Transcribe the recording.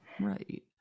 Right